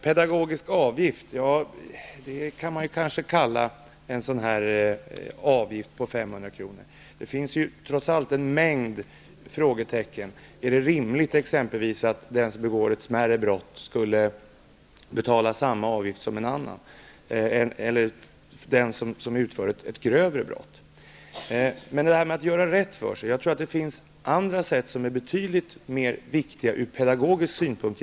Kanske kan man kalla en sådan här avgift på 500 kr. för en pedagogisk avgift. Det finns trots allt en mängd frågetecken. Är det t.ex. rimligt att den som begår ett smärre brott skall betala samma avgift som den som begår ett grövre brott? Jag tror att det finns andra sätt för brottslingar att göra rätt för sig, som är betydligt viktigare ur pedagogisk synpunkt.